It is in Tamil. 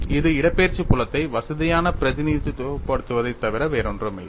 இது இடப்பெயர்ச்சி புலத்தை வசதியான வடிவத்தில் பிரதிநிதித்துவப்படுத்துவதைத் தவிர வேறொன்றுமில்லை